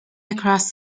across